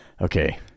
okay